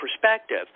perspective